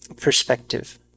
perspective